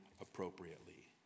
appropriately